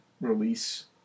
release